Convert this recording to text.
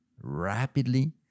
rapidly